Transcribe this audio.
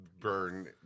burn